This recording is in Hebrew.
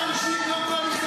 זה מסכן אותן.